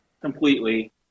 completely